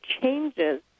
changes